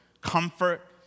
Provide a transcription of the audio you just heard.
comfort